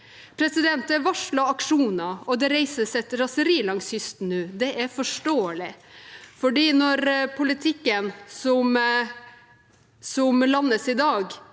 Det er varslet aksjoner, og det reises et raseri langs kysten nå. Det er forståelig, for når politikken som landes i dag,